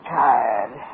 tired